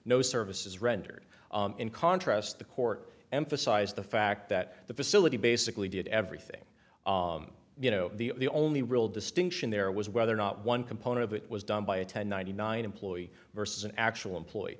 no services rendered in contrast the court emphasized the fact that the facility basically did everything you know the only real distinction there was whether or not one component of it was done by a ten ninety nine employee versus an actual employee